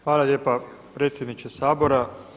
Hvala lijepa predsjedniče Sabora.